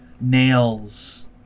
nails